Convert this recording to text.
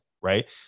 Right